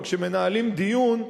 אבל כשמנהלים דיון,